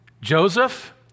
Joseph